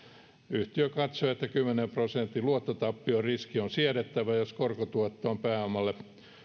yhtiö katsoo että kymmenen prosentin luottotappioriski on siedettävä jos korkotuotto on pääomalle